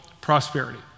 prosperity